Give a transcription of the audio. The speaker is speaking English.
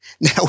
Now